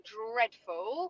dreadful